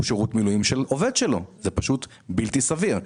שירות מילואים של עובד שלו - זה פשוט בלתי סביר.